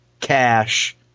cash